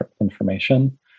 information